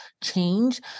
change